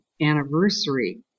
anniversary